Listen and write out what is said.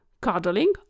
cuddling